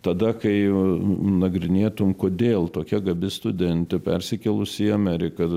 tada kai nagrinėtum kodėl tokia gabi studentė persikėlusi į ameriką